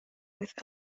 with